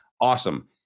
Awesome